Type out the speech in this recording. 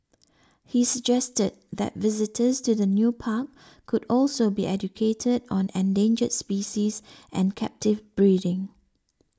he suggested that visitors to the new park could also be educated on endangered species and captive breeding